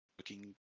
looking